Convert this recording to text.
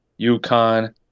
UConn